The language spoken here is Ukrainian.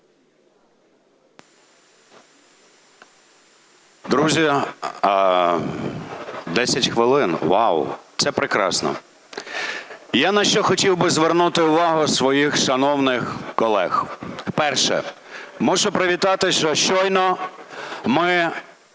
Друзі, 10 хвилин (вау!) це прекрасно. Я на що хотів би звернути увагу своїх шановних колег. Перше. Мушу привітати, що щойно ми